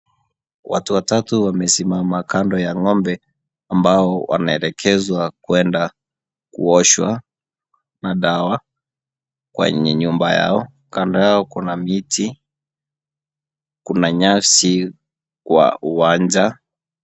Watu watatu wamesimama kando ya ng'ombe ambao wanaelekezwa kwenda kuoshwa, na dawa kwenye nyumba yao, kando yao kuna miti, kuna nyasi kwa uwanja.